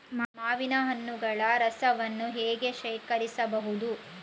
ಮಾವಿನ ಹಣ್ಣುಗಳ ರಸವನ್ನು ಹೇಗೆ ಶೇಖರಿಸಬಹುದು?